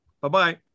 Bye-bye